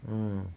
mm